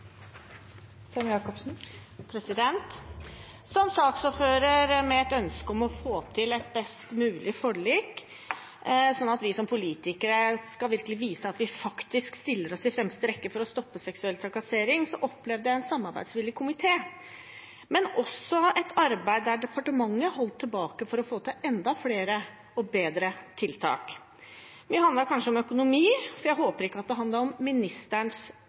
Som saksordfører med et ønske om å få til et best mulig forlik, slik at vi som politikere viser at vi faktisk stiller oss i fremste rekke for å stoppe seksuell trakassering, opplevde jeg en samarbeidsvillig komité, men også et arbeid der departementet holdt tilbake med hensyn til å få til enda flere og bedre tiltak. Mye handlet kanskje om økonomi, for jeg håper ikke det handlet om ministerens